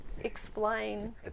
explain